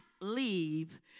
leave